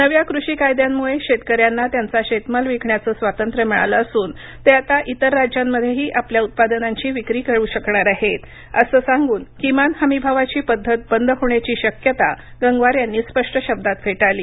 नव्या कृषी कायद्यांमुळे शेतकऱ्यांना त्यांचा शेतमाल विकण्याचे स्वातंत्र्य मिळालं असून ते आता इतर राज्यांमध्येही आपल्या उत्पादनांची विक्री करू शकणार आहेत असं सांगून किमान हमीभावाची पद्धत बंद होण्याची शक्यता गंगवार यांनी स्पष्ट शब्दात फेटाळली